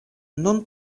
nun